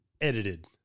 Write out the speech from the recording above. Edited